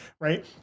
Right